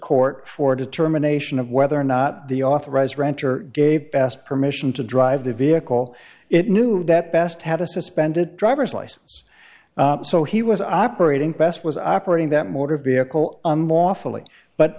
court for determination of whether or not the authorised renter gave best permission to drive the vehicle it knew that best had a suspended driver's license so he was operating best was operating that motor vehicle